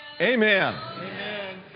Amen